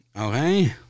Okay